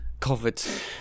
COVID